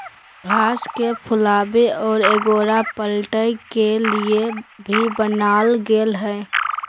घास के फुलावे और एगोरा पलटय के लिए भी बनाल गेल हइ